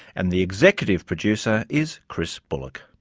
and the executive producer is chris bullock